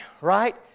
right